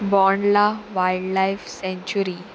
Bondla wildlife sanctuary